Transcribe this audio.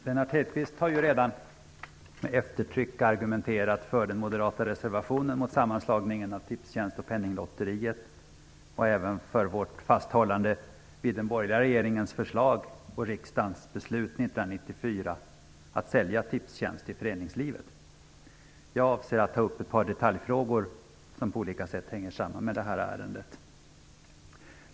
Herr talman! Lennart Hedquist har redan med eftertryck argumenterat för den moderata reservationen mot sammanslagningen av Tipstjänst och Penninglotteriet och även för vårt fasthållande vid den borgerliga regeringens förslag och riksdagens beslut 1994 att sälja Tipstjänst till föreningslivet. Jag avser att ta upp ett par detaljfrågor som på olika sätt hänger samman med detta ärende.